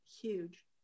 huge